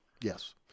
Yes